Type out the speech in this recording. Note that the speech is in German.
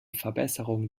verbesserung